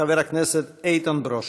חבר הכנסת איתן ברושי.